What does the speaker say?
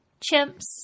Chimps